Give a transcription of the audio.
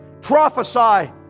prophesy